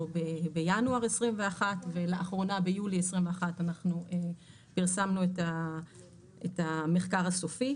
בינואר 2021 ולאחרונה ביולי 2021 אנחנו פרסמנו את המחקר הסופי.